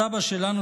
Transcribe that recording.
הסבא שלנו,